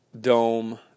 Dome